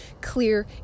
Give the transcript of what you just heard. clear